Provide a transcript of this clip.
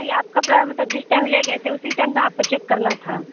نہیں آپ کپڑا مطلب جس ٹائم لے گئے تھے اسی ٹائم تو آپ کو چیک کرنا تھا